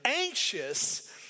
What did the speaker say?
anxious